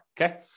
Okay